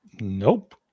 Nope